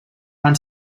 van